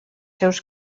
seus